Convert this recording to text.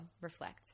reflect